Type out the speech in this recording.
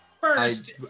first